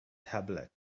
tablet